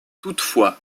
toutefois